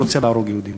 הוא רוצה להרוג יהודים.